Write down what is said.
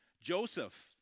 Joseph